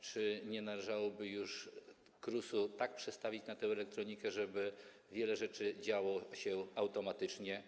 Czy nie należałoby już KRUS-u tak przestawić na tę elektronikę, żeby wiele rzeczy działo się automatycznie?